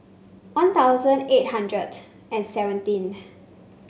One Thousand One Hundred and eighty seventh